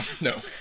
no